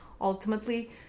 ultimately